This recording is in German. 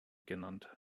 genannt